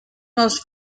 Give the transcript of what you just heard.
most